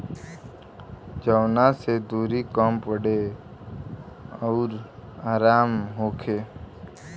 जवना से दुरी कम पड़े अउर आराम होखे